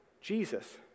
Jesus